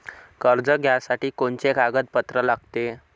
कर्ज घ्यासाठी कोनचे कागदपत्र लागते?